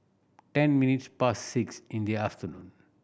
ten minutes past six in the afternoon